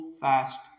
fast